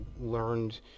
learned